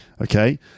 Okay